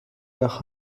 nach